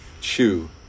chew